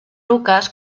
lucas